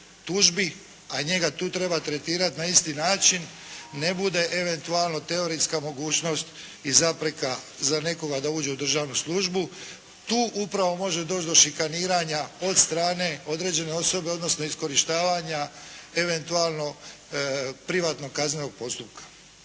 a njega tu treba tretirati na isti način, ne bude eventualno teoretska mogućnost i zapreka za nekoga da uđe u državnu službu. Tu upravo može doći do šikaniranja od strane određene osobe, odnosno iskorištavanja eventualno privatnog kaznenog postupka.